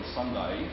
Sunday